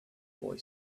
boy